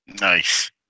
Nice